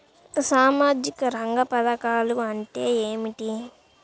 సామాజిక రంగ పధకాలు అంటే ఏమిటీ?